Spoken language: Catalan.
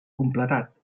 completat